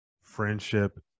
friendship